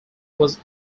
was